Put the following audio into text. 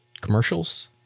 commercials